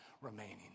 remaining